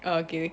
uh okay